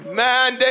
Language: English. man